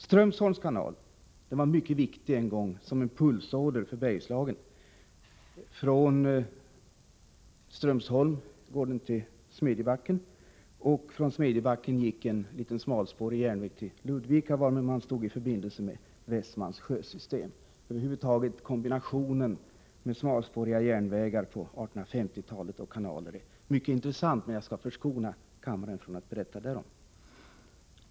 Strömsholms kanal var en gång mycket viktig som en pulsåder för Bergslagen. Från Strömsholm går den till Smedjebacken. Från Smedjebacken gick en liten smalspårig järnväg till Ludvika, varmed man stod i förbindelse med Väsmans sjösystem. Över huvud taget är kombinationen med smalspåriga järnvägar och kanaler på 1850-talet mycket intressant, men jag skall förskona kammaren från att berätta därom.